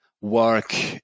work